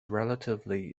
relatively